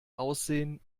aussehen